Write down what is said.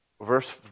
verse